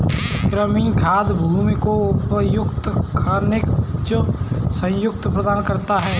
कृमि खाद भूमि को उपयुक्त खनिज संतुलन प्रदान करता है